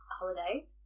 holidays